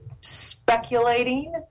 speculating